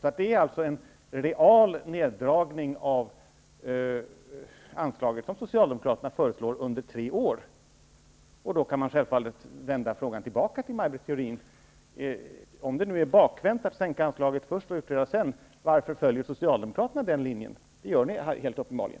Socialdemokraterna föreslår en real neddragning av anslaget under tre år. Då kan man självfallet vända frågan tillbaka till Maj-Britt Theorin: Om det nu är bakvänt att sänka anslaget först och utreda sedan, varför följer Socialdemokraterna den linjen? Det gör ni uppenbarligen.